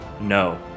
no